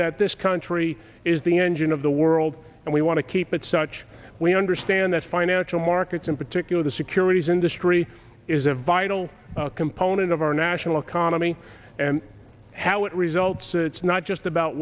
that this country is the engine of the world and we want to keep it such we understand that financial markets in particular the securities industry is a vital component of our national economy and how it results it's not just about